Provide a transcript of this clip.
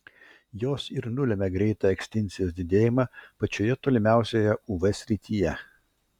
jos ir nulemia greitą ekstinkcijos didėjimą pačioje tolimiausioje uv srityje